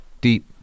Deep